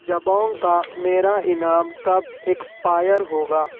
جبونگ کا میرا انعام کب ایکسپائر ہوگا